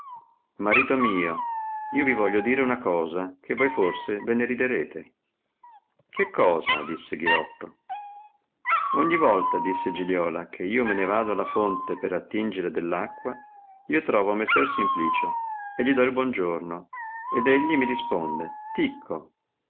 marito mio io vi voglio dire una cosa che voi forse ve ne riderete che cosa disse ghirotto ogni volta disse giliola lische io me ne vado alla fonte per attingere dell acqua io trovo messer simplicio e gli do il buon giorno ed egli mi risponde ticco